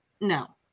no